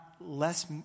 less